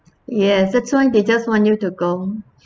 yes that's why they just want you to go